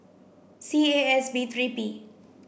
C A S V three P